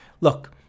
Look